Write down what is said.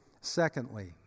Secondly